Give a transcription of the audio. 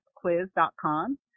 Quiz.com